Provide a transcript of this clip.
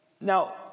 now